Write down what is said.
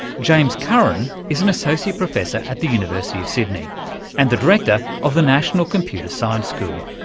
james curran is an associate professor at the university of sydney and the director of the national computer science school.